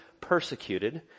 persecuted